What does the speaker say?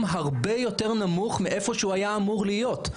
הרבה יותר נמוך מאיפה שהוא אמור להיות.